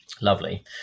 lovely